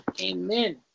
amen